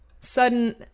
sudden